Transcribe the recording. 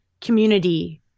community